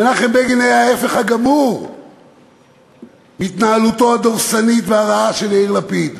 מנחם בגין היה ההפך הגמור מהתנהלותו הדורסנית והרעה של יאיר לפיד.